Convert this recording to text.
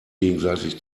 gegenseitig